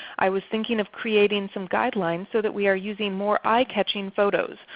i was thinking of creating some guidelines so that we are using more eye-catching photos.